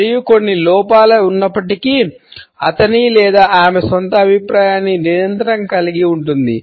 మరియు కొన్ని లోపాలు ఉన్నప్పటికీ అతని లేదా ఆమె సొంత అభిప్రాయాన్ని నిరంతరం కలిగి ఉంటుంది